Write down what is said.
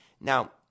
Now